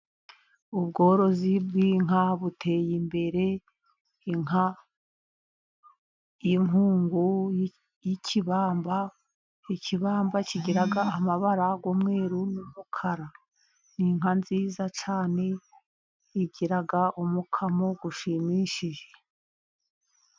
Ubworozi bw’inka buteye imbere. Inka y’inkungu, y’ikibamba, ikibamba kigira amabara y’umweru n’umukara. Ni inka nziza cyane, igira umukamo ushimishije.